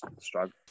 struggle